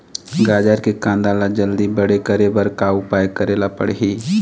गाजर के कांदा ला जल्दी बड़े करे बर का उपाय करेला पढ़िही?